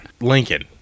Lincoln